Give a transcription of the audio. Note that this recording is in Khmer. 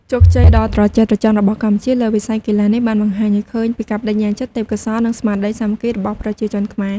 ជោគជ័យដ៏ត្រចះត្រចង់របស់កម្ពុជាលើវិស័យកីឡានេះបានបង្ហាញឱ្យឃើញពីការប្តេជ្ញាចិត្ត ទេពកោសល្យ និងស្មារតីសាមគ្គីរបស់ប្រជាជនខ្មែរ។